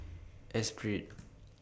Esprit